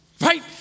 right